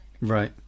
right